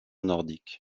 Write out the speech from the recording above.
nordiques